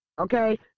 Okay